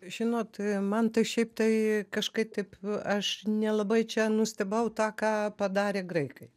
žinot man tai šiaip tai kažkaip taip aš nelabai čia nustebau tą ką padarė graikai